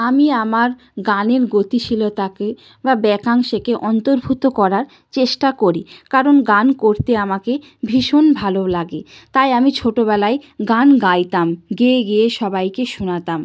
আমি আমার গানের গতিশীলতাকে বা ব্যাকাংশকে অন্তর্ভূত করার চেষ্টা করি কারণ গান করতে আমাকে ভীষণ ভালো লাগে তাই আমি ছোটোবেলায় গান গাইতাম গেয়ে গেয়ে সবাইকে শোনাতাম